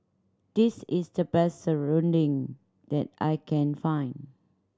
this is the best serunding that I can find